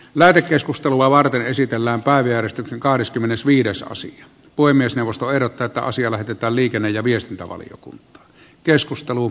lähetekeskustelua varten esitellään päivi ja risto kahdeskymmenesviides osa puhemiesneuvosto eroteta asia lähetetään liikenne ja arvoisa puhemies